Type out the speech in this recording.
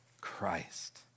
Christ